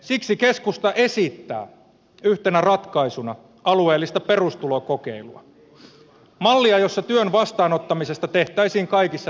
siksi keskusta esittää yhtenä ratkaisuna alueellista perustulokokeilua mallia jossa työn vastaanottamisesta tehtäisiin kaikissa tilanteissa kannattavaa